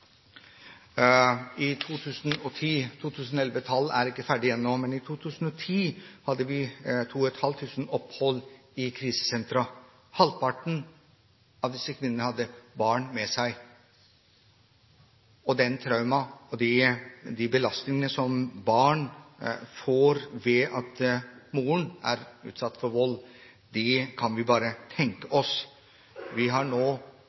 I 2010 – tall for 2011 er ikke ferdig ennå – var det 2 500 opphold i krisesentra. Halvparten av disse kvinnene hadde barn med seg. Det traumet og de belastningene som barn får ved at moren er utsatt for vold, kan vi bare tenke oss. Vi har nå